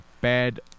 bad